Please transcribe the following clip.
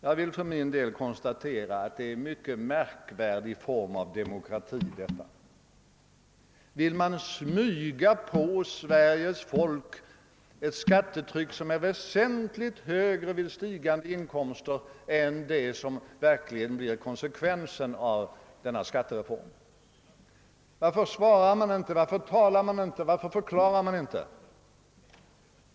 Jag vill för min del konstatera att detta är en mycket märkvärdig form av demokrati. Vill man smyga på Sveriges folk ett skattetryck som vid stigande priser är väsentligt högre än tabellernas siffror, vilket blir konsekvensen av denna skattereform? Varför svarar man inte, varför talar man inte om saken, varför förklarar man sig inte?